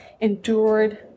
endured